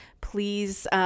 please